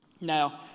Now